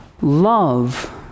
love